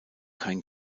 kein